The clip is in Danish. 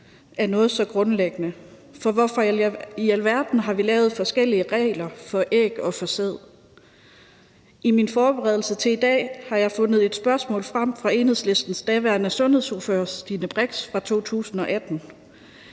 for noget så grundlæggende. For hvorfor i alverden har vi lavet forskellige regler for æg og sæd? I min forberedelse til i dag har jeg fundet et spørgsmål frem fra Enhedslistens daværende sundhedsordfører, Stine Brix, fra 2018.